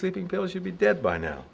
sleeping pills you'd be dead by now